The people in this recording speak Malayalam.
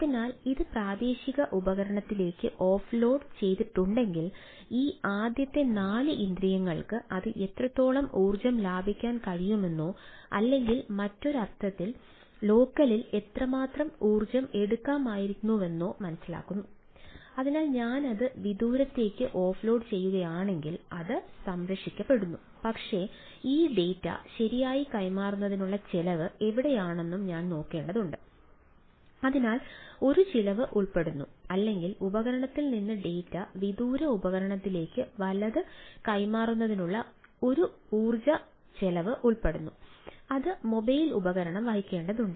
അതിനാൽ ഇത് പ്രാദേശിക ഉപകരണത്തിലേക്ക് ഓഫ്ലോഡ് ഉപകരണം വഹിക്കേണ്ടതുണ്ട്